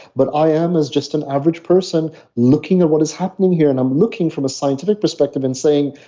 but i am as just an average person looking at what is happening here and i'm looking from a scientific perspective and saying,